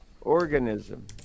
organism